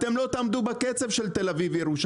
אתם לא תעמדו בקצב של תל אביב-ירושלים.